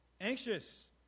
anxious